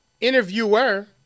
Interviewer